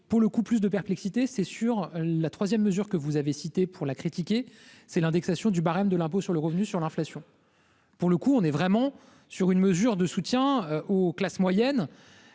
pour le coup, plus de perplexité, c'est sur la 3ème mesure que vous avez cité pour la critiquer, c'est l'indexation du barème de l'impôt sur le revenu sur l'inflation. Pour le coup, on est vraiment sur une mesure de soutien aux classes moyennes